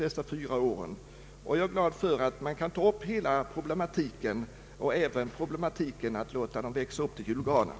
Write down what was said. Jag är tacksam för att man nu alltså tar upp hela problemet och även för att de granplantor det här gäller kanske får stå kvar och växa upp till julgranar.